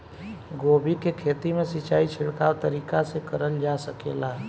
गोभी के खेती में सिचाई छिड़काव तरीका से क़रल जा सकेला?